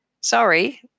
Sorry